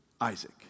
Isaac